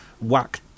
whack